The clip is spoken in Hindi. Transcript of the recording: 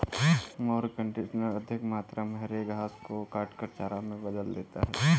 मोअर कन्डिशनर अधिक मात्रा में हरे घास को काटकर चारा में बदल देता है